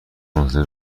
منتظر